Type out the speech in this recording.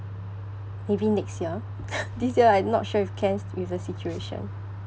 maybe next year this year I'm not sure if can with the situation